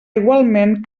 igualment